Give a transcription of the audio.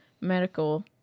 medical